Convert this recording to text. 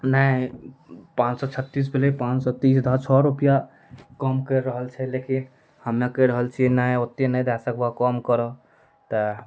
नहि पाॅंच सए छत्तीस भेलै पाॅंच सए तीस दहऽ छओ रुपैआ कम कैरि रहल छै लेकिन हम्मे कैहि रहल छियै नहि ओतेक नहि दऽ सकबऽ कम करऽ तऽ